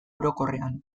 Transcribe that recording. orokorrean